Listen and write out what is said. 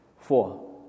four